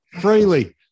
freely